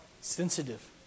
sensitive